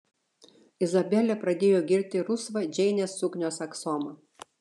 izabelė pradėjo girti rusvą džeinės suknios aksomą